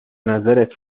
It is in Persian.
نظرت